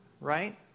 right